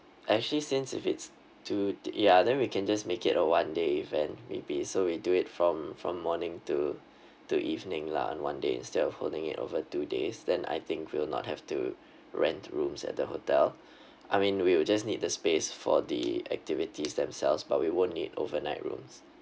actually since if it's too ya then we can just make it a one day event maybe so we do it from from morning to to evening lah in one day instead of holding it over two days then I think we'll not have to rent rooms at the hotel I mean we will just need the space for the activities themselves but we won't need overnight rooms